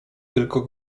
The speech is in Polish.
tylko